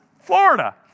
Florida